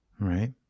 Right